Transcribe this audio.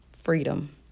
freedom